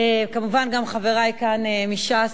כמובן, גם חברי כאן מש"ס.